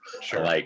Sure